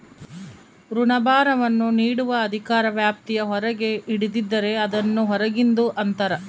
ಋಣಭಾರವನ್ನು ನೀಡುವ ಅಧಿಕಾರ ವ್ಯಾಪ್ತಿಯ ಹೊರಗೆ ಹಿಡಿದಿದ್ದರೆ, ಅದನ್ನು ಹೊರಗಿಂದು ಅಂತರ